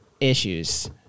issues